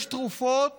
יש תרופות